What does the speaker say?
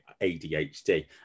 ADHD